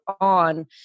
on